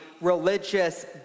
religious